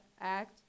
act